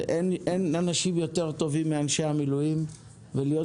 אין אנשים יותר טובים מאנשי המילואים ולהיות